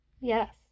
Yes